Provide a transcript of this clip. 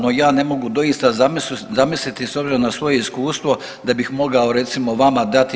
No ja ne mogu doista zamisliti s obzirom na svoje iskustvo da bih mogao recimo vama dati.